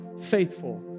faithful